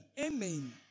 Amen